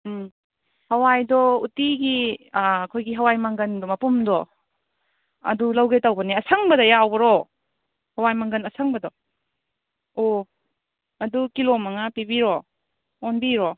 ꯎꯝ ꯍꯋꯥꯏꯗꯣ ꯎꯇꯤꯒꯤ ꯑꯩꯈꯣꯏꯒꯤ ꯍꯋꯥꯏ ꯃꯪꯒꯟꯗꯣ ꯃꯄꯨꯝꯗꯣ ꯑꯗꯨ ꯂꯧꯒꯦ ꯇꯧꯕꯅꯦ ꯑꯁꯪꯕꯗ ꯌꯥꯎꯕꯔꯣ ꯍꯋꯥꯏ ꯃꯪꯒꯟ ꯑꯁꯪꯕꯗꯣ ꯑꯣ ꯑꯗꯨ ꯀꯤꯂꯣ ꯃꯉꯥ ꯄꯤꯕꯤꯔꯣ ꯑꯣꯟꯕꯤꯔꯣ